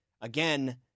again